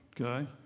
Okay